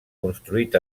construït